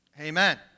amen